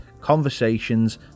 conversations